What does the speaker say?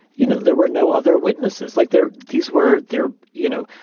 you know, there were no other witnesses like there, these were there, you know,